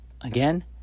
Again